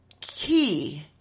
key